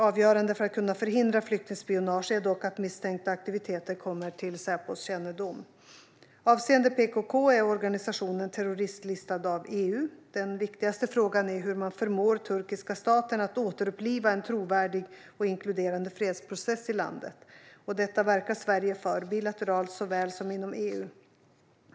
Avgörande för att kunna förhindra flyktingspionage är dock att misstänkta aktiviteter kommer till Säpos kännedom. Avseende PKK är organisationen terroristlistad av EU. Den viktigaste frågan är hur man förmår turkiska staten att återuppliva en trovärdig och inkluderande fredsprocess i landet. Detta verkar Sverige för, såväl bilateralt som inom EU.